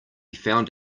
found